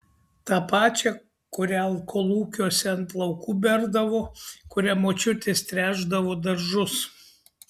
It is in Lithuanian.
tą pačią kurią kolūkiuose ant laukų berdavo kuria močiutės tręšdavo daržus